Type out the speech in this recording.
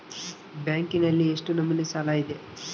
ಬ್ಯಾಂಕಿನಲ್ಲಿ ಎಷ್ಟು ನಮೂನೆ ಸಾಲ ಇದೆ?